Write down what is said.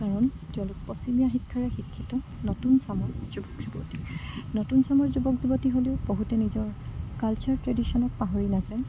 কাৰণ তেওঁলোক পশ্চিমীয়া শিক্ষাৰে শিক্ষিত নতুন চামৰ যুৱক যুৱতী নতুন চামৰ যুৱক যুৱতী হ'লেও বহুতে নিজৰ কালচাৰ ট্ৰেডিশ্যনক পাহৰি নাযায়